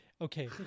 okay